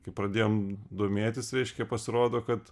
kai pradėjom domėtis reiškia pasirodo kad